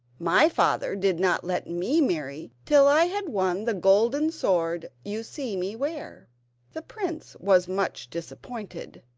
my father did not let me marry till i had won the golden sword you see me wear the prince was much disappointed,